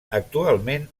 actualment